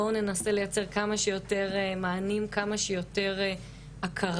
בואו ננסה לייצר כמה שיותר מענים, כמה שיותר הכרה